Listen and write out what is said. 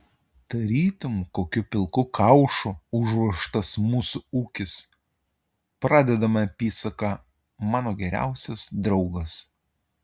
tarytum kokiu pilku kaušu užvožtas mūsų ūkis pradedama apysaka mano geriausias draugas